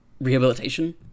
Rehabilitation